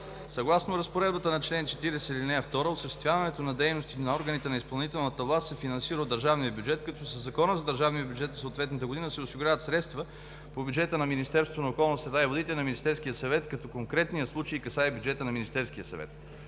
Съгласно разпоредбата на чл. 40, ал. 2, осъществяването на дейности на органите на изпълнителната власт се финансира от държавния бюджет, като със Закона за държавния бюджет за съответната година се осигуряват средства по бюджета на Министерството на околна среда и водите и на Министерския съвет, като конкретният случай касае бюджета на Министерския съвет.